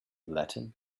latin